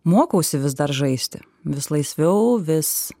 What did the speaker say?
mokausi vis dar žaisti vis laisviau vis